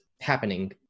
happening